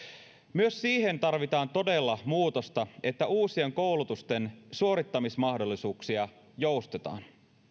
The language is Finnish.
myös siihen tarvitaan todella muutosta että uusien koulutusten suorittamismahdollisuuksissa joustetaan